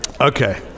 Okay